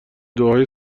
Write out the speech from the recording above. دعاهای